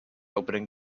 opening